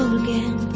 again